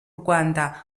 rwanda